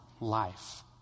life